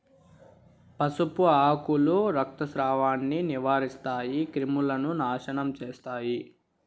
పసుపు ఆకులు రక్తస్రావాన్ని నివారిస్తాయి, క్రిములను నాశనం చేస్తాయి